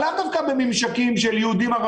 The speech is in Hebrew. אבל לאו דווקא בממשקים של יהודים-ערבים.